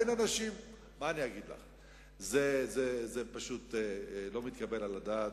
מה אני אגיד לך, זה פשוט לא מתקבל על הדעת,